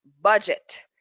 budget